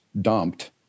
dumped